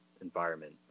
environment